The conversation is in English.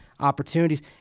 Opportunities